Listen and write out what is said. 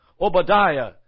Obadiah